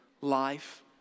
life